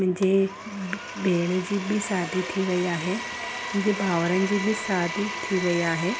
मुंहिंजी भेण जी बि शादी थी वई आहे मुंहिंजे भाउरनि जी बि शादी थी वई आहे